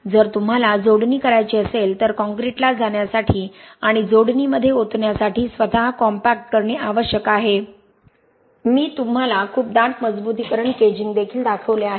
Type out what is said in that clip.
जर तुम्हाला जोडणी करायची असेल तर काँक्रीटला जाण्यासाठी आणि जोडणीमध्ये ओतण्यासाठी स्वत कॉम्पॅक्ट करणे आवश्यक आहे मी तुम्हाला खूप दाट मजबुतीकरण केजिंग देखील दाखवले आहे